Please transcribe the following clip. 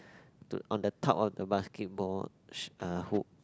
to on the top of the basketball uh hoop